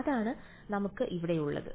അതാണ് നമുക്ക് ഇവിടെയുള്ളത്